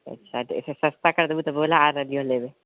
अच्छा सस्ता कर देबू तऽ बोला आ रहलइयो लेवे